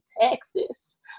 Texas